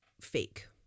fake